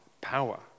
power